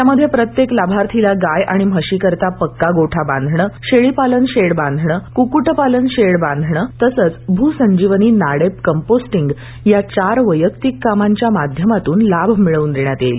त्यामध्ये प्रत्येक लाभार्थीला गाय आणि म्हशीकरता पक्का गोठा बांधणं शेळीपालन शेड बांधणं क्क्क्टपालन शेड बांधणं तसंच भ्संजीवनी नाडेप कंपोस्टींग या चार वैयक्तिक कामांच्या माध्यमातून लाभ मिळवून देण्यात येईल